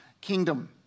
kingdom